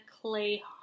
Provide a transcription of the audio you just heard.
Clay